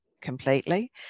completely